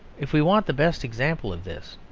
if we want the best example of this,